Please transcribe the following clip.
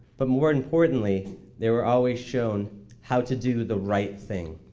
but more importantly they were always shown how to do the right thing.